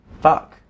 fuck